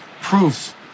proof